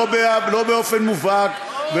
לא באופן מובהק,